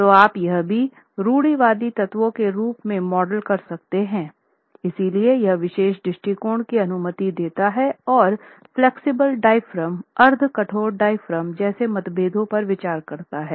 तो आप यह भी रूढ़िवादी तत्वों के रूप में मॉडल कर सकते हैं इसलिए यह विशेष दृष्टिकोण की अनुमति देता है और फ्लेक्सिबल डायाफ्राम अर्ध कठोर डायाफ्राम जैसे मतभेदों पर विचार कराता है